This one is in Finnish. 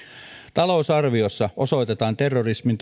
talousarviossa osoitetaan terrorismin